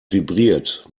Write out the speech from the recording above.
vibriert